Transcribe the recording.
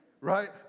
right